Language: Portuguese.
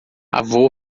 avô